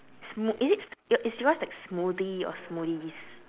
smoo~ is it is yours like smoothie or smoothies